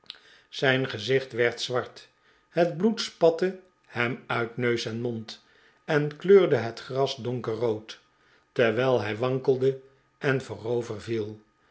zijn gezicht werd zwart het bloed spatte hem uit nous en mond en kleurde het gras donkerrood terwijl hij wankelde en voorover viei